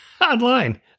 online